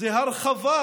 זו הרחבה,